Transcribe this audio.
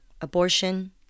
abortion